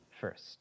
first